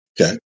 Okay